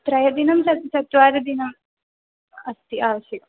त्रयदिनं चत् चत्वारिदिनम् अस्ति आवश्यकम्